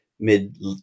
mid